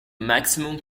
maximum